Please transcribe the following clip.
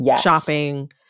shopping